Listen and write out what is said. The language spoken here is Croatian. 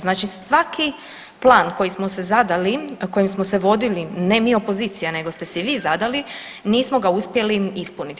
Znači svaki plan koji smo si zadali, a kojim smo se vodili, ne mi opozicija nego ste si vi zadali, nismo ga uspjeli ispuniti.